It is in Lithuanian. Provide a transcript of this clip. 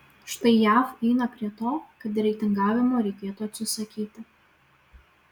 štai jav eina prie to kad reitingavimo reikėtų atsisakyti